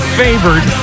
favored